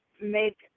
make